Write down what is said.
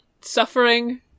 suffering